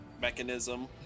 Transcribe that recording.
mechanism